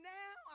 now